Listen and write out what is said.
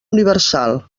universal